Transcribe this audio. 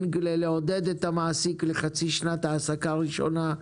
כדי לעודד את המעסיק לחצי שנת העסקה ראשונה,